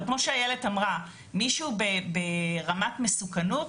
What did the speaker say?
אבל כמו שאיילת אמרה, מישהו ברמת מסוכנות